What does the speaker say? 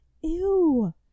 Ew